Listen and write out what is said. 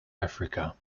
africa